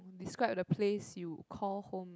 describe the place you call home